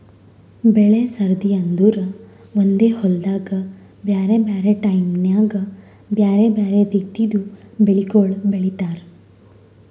ಬೆಳೆ ಸರದಿ ಅಂದುರ್ ಒಂದೆ ಹೊಲ್ದಾಗ್ ಬ್ಯಾರೆ ಬ್ಯಾರೆ ಟೈಮ್ ನ್ಯಾಗ್ ಬ್ಯಾರೆ ಬ್ಯಾರೆ ರಿತಿದು ಬೆಳಿಗೊಳ್ ಬೆಳೀತಾರ್